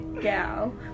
Gal